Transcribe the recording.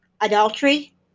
adultery